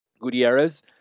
Gutierrez